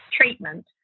treatment